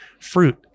fruit